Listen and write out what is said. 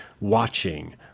watching